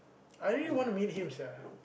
I really want to meet him sia